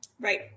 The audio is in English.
Right